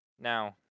Now